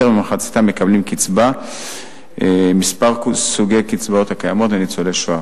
יותר ממחציתם מקבלים קצבה מכמה סוגי קצבאות הקיימות לניצולי השואה.